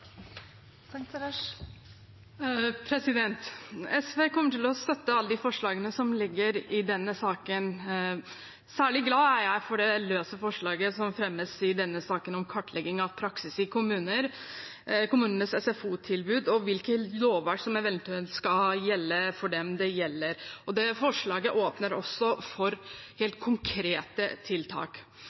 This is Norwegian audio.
jeg for det løse forslaget som fremmes om kartlegging av praksis i kommuner, kommunenes SFO-tilbud og hvilket lovverk som eventuelt skal gjelde for dem dette gjelder. Forslaget åpner også for helt konkrete tiltak.